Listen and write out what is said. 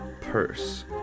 purse